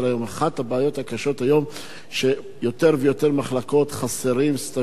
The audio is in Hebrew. אחת הבעיות הקשות היום היא שביותר ויותר מחלקות חסרים סטאז'רים,